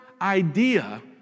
idea